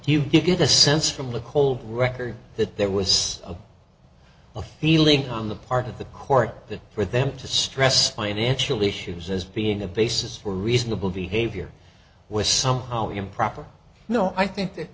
you get a sense from the cold record that there was a of feeling on the part of the court that for them to stress the financial issues as being a basis for reasonable behavior was somehow improper no i think that